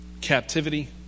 captivity